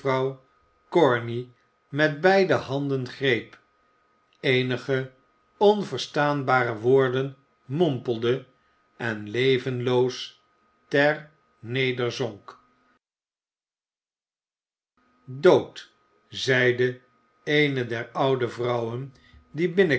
corney met beide handen greep eenige onverstaanbare woorden mompelde en levenloos ter nederzonk dood zeide eene der oude vrouwen die